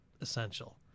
essential